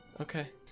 Okay